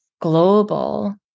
global